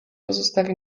pozostawi